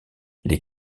les